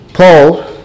Paul